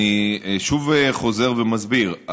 אני שוב חוזר ומסביר: